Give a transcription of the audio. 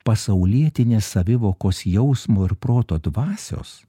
pasaulietinės savivokos jausmo ir proto dvasios